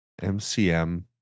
MCM